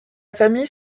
famille